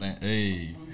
Hey